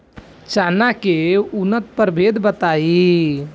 चना के उन्नत प्रभेद बताई?